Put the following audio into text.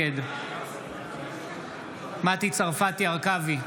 נגד מטי צרפתי הרכבי,